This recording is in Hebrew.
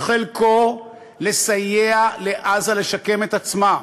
חלקו, לסייע לעזה לשקם את עצמה,